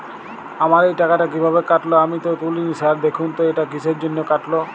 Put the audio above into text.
আমার এই টাকাটা কীভাবে কাটল আমি তো তুলিনি স্যার দেখুন তো এটা কিসের জন্য কাটল?